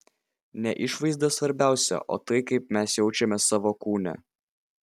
ne išvaizda svarbiausia o tai kaip mes jaučiamės savo kūne